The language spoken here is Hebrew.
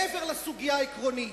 מעבר לסוגיה העקרונית,